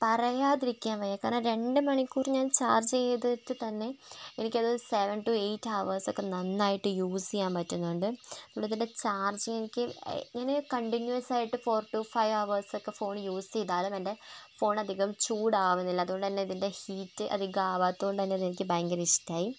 പറയാതിരിക്കാൻ വയ്യ കാരണം രണ്ട് മണിക്കൂര് ഞാൻ ചാർജ് ചെയ്തിട്ട് തന്നെ എനിക്കത് സെവൻ ടു ഏയ്റ്റ് ഹവേഴ്സൊക്കെ നന്നായിട്ട് യൂസ് ചെയ്യാൻ പറ്റുന്നുണ്ട് അതുകൊണ്ട് ഇതിന്റെ ചാർജിങ്ങ് എനിക്ക് ഞാന് കണ്ടിന്യുവസായിട്ട് ഫോർ റ്റു ഫൈവ് ഹവേഴ്സൊക്കെ ഫോൺ യൂസ് ചെയ്താലും എൻറ്റെ ഫോണ് അധികം ചൂടാകുന്നില്ല അതുകൊണ്ടുതന്നെ അതിൻറ്റെ ഹീറ്റ് അധികമാകാത്തതു കൊണ്ടുതന്നെ ഇതെനിക്ക് ഭയങ്കരം ഇഷ്ടമായി